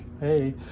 Hey